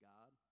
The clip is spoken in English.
God